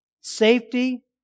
safety